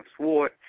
sword